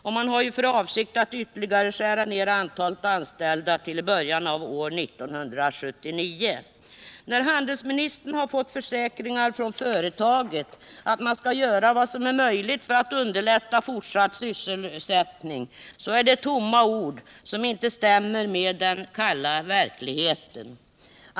Och man har för avsikt att ytterligare skära ned antalet anställda fram till början av år 1979. När handelsministern fått försäkringar från företaget att man skall göra vad som är möjligt för att underlätta fortsatt sysselsättning är det tomma ord som inte stämmer med den kalla verkligheten.